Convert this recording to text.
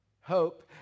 hope